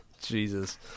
Jesus